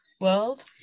world